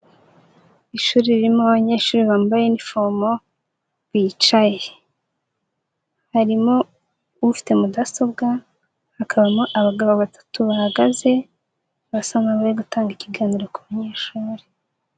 Ishuri ririmo abanyeshuri bambaye inifomo bicaye, harimo ufite mudasobwa, hakabamo abagabo batatu bahagaze basa nk'abari gutanga ikiganiro ku banyeshuri.